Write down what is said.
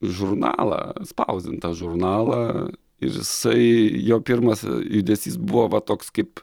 žurnalą spausdintą žurnalą ir jisai jo pirmas judesys buvo va toks kaip